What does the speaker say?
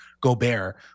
Gobert